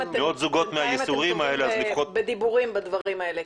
אתם טובים בדיבורים בדברים האלה.